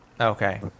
Okay